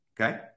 Okay